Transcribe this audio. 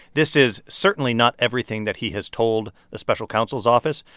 this is certainly not everything that he has told the special counsel's office.